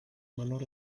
menor